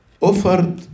offered